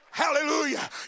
Hallelujah